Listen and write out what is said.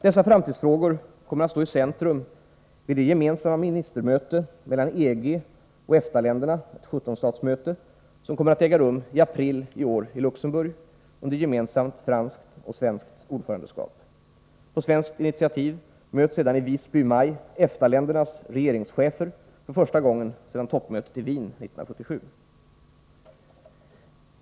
Dessa framtidsfrågor kommer att stå i centrum vid det gemensamma ministermmöte mellan EG och EFTA-länderna, ett 17-statsmöte, som kommer att äga rum i april i år i Luxemburg under gemensamt franskt och svenskt ordförandeskap. På svenskt initiativ möts sedan i Visby i maj EFTA-ländernas regeringschefer för första gången sedan toppmötet i Wien 1977.